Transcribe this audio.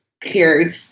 cleared